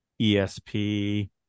ESP